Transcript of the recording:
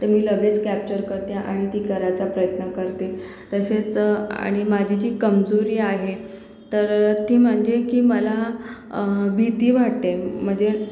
तर मी लगेच कॅप्चर करते आणि ती करायचा प्रयत्न करते तसेच आणि माझी जी कमजोरी आहे तर ती म्हणजे की मला भीती वाटते म्हणजे